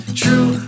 true